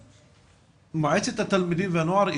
מועצת התלמידים והנוער.